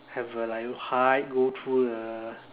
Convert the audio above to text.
have a like hike go through a